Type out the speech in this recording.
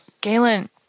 Galen